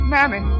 Mammy